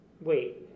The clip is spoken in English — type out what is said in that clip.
Wait